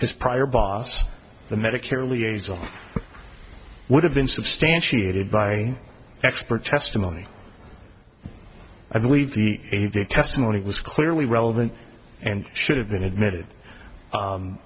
his prior boss the medicare liaison would have been substantiated by expert testimony i believe the testimony was clearly relevant and should have been admitted